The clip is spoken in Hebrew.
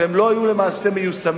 הם לא היו למעשה מיושמים,